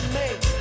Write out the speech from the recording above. make